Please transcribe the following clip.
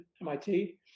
MIT